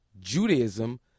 Judaism